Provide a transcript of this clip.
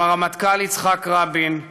עם הרמטכ"ל יצחק רבין,